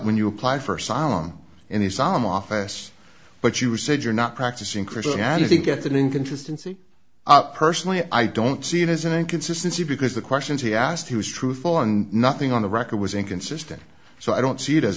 when you applied for asylum in the solemn office but you said you're not practicing christianity get an inconsistency personally i don't see it as an inconsistency because the questions he asked he was truthful and nothing on the record was inconsistent so i don't see it as